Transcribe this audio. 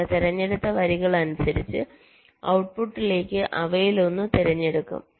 ചില തിരഞ്ഞെടുത്ത വരികൾ അനുസരിച്ച് ഔട്ട്പുട്ടിലേക്ക് അവയിലൊന്ന് തിരഞ്ഞെടുക്കും